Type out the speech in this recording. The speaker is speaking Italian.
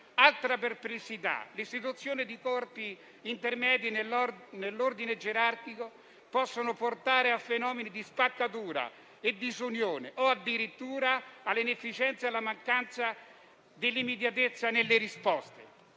Altra perplessità: l'istituzione di corpi intermedi nell'ordine gerarchico può portare a fenomeni di spaccatura e disunione, o addirittura all'inefficienza e alla mancanza di immediatezza nelle risposte.